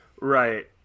Right